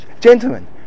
gentlemen